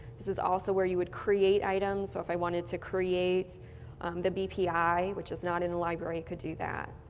this is also where you would create items so if i wanted to create the bpi, which is not in the library, you could do that.